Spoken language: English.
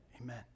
Amen